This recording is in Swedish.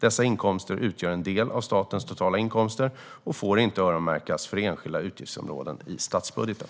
Dessa inkomster utgör en del av statens totala inkomster och får inte öronmärkas för enskilda utgiftsområden i statsbudgeten.